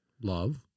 love